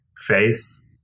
face